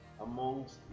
amongst